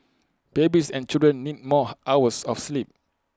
babies and children need more hours of sleep